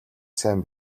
сайн